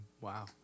Wow